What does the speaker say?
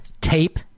tape